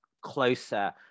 closer